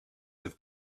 have